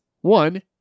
One